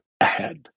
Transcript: ahead